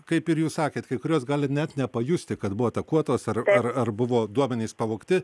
kaip ir jūs sakėt kai kuriuos gali net nepajusti kad buvo atakuotos ar ar ar buvo duomenys pavogti